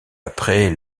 après